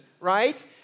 right